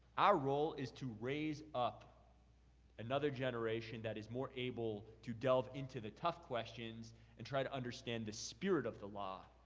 our role is to raise up another generation that is more able to delve into the tough questions and try to understand the spirit of the law,